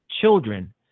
children